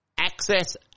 Access